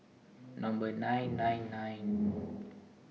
Number nine nine nine